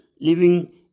living